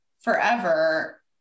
forever